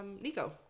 Nico